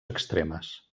extremes